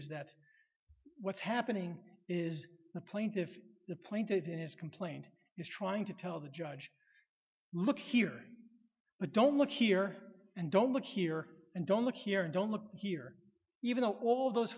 is that what's happening is the plaintiffs the plaintiff in his complaint is trying to tell the judge look here but don't look here and don't look here and don't look here and don't look here even though all those